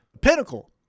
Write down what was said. Pinnacle